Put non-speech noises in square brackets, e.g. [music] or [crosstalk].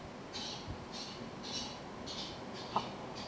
[noise]